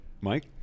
Mike